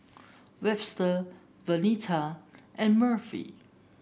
Webster Vernetta and Murphy